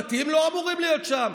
דתיים לא אמורים להיות שם.